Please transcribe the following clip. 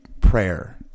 prayer